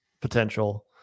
potential